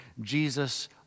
Jesus